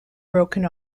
broken